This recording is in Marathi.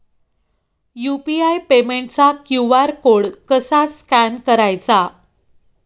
यु.पी.आय पेमेंटचा क्यू.आर कोड कसा स्कॅन करायचा?